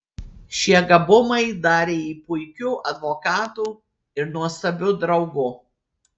šie gabumai darė jį puikiu advokatu ir nuostabiu draugu